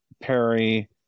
Perry